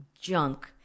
junk